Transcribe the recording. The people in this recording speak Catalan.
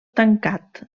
tancat